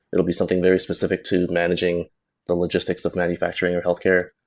it will be something very specific to managing the logistics of manufacturing or healthcare.